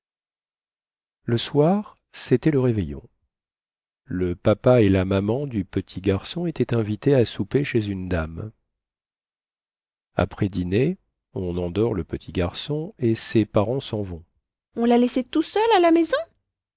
le soir cétait le réveillon le papa et la maman du petit garçon étaient invités à souper chez une dame après dîner on endort le petit garçon et ses parents sen vont on la laissé tout seul à la maison